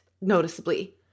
noticeably